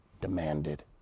demanded